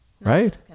Right